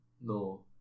No